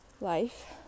life